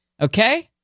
Okay